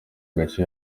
gace